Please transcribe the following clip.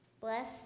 Bless